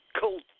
cold